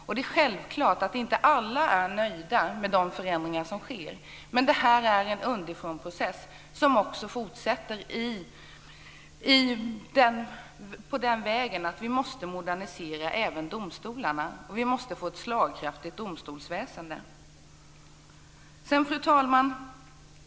Det är självklart att alla inte är nöjda med de förändringar som sker, men det här är en underifrånprocess som också fortsätter på den vägen. Vi måste även modernisera domstolarna, och vi måste få ett slagkraftigt domstolsväsende. Fru talman!